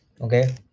okay